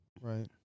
right